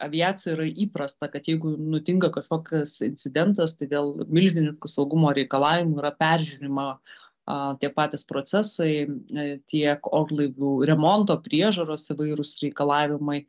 aviacijoj yra įprasta kad jeigu nutinka kažkoks fokas incidentas dėl milžiniškų saugumo reikalavimų yra peržiūrima a tie patys procesai n tiek orlaivių remonto priežiūros įvairūs reikalavimai